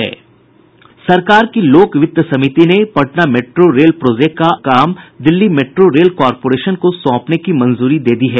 सरकार की लोक वित्त समिति ने पटना मेट्रो रेल प्रोजेक्ट का काम दिल्ली मेट्रो रेल कॉरपोरेशन को सौंपने की मंजूरी दे दी है